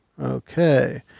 Okay